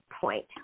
point